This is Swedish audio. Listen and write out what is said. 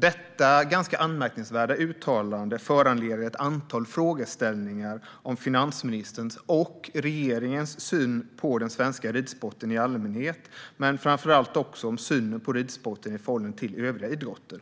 Detta ganska anmärkningsvärda uttalande föranleder ett antal frågeställningar om finansministerns och regeringens syn på den svenska ridsporten i allmänhet men framför allt om synen på ridsporten i förhållande till övriga idrotter.